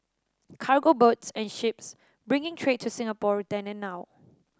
cargo boats and ships bringing trade to Singapore then and now